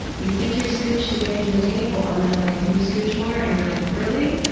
you think you're scooched to the edge of the table and then they're like, can you scooch more? and you're like, really? and